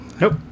Nope